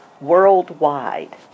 worldwide